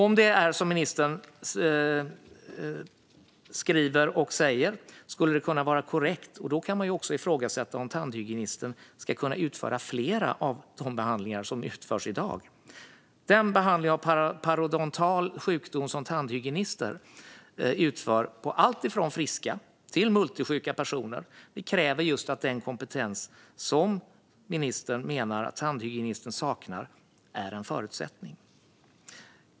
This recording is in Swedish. Om det som ministern skriver och säger skulle vara korrekt kan man ifrågasätta om tandhygienisten ska kunna utföra flera av de behandlingar som utförs i dag. Till exempel den behandling av parodontal sjukdom som tandhygienisten utför på alltifrån friska till multisjuka personer förutsätter just den kompetens som ministern menar att tandhygienisten saknar.